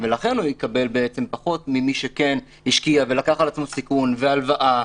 ולכן הוא יקבל בעצם פחות ממי שכן השקיע ולקח על עצמו סיכון והלוואה,